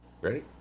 Ready